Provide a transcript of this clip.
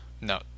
No